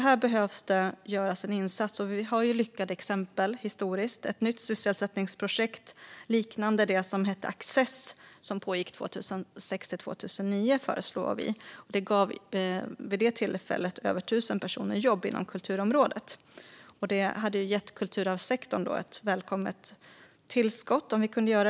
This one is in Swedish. Vi föreslår ett nytt sysselsättningsprojekt liknande det lyckade Access som pågick 2006-2009 och gav över 1 000 personer jobb inom kulturområdet. Detta skulle ge kulturarvssektorn ett välkommet tillskott.